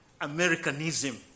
Americanism